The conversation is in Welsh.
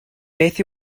beth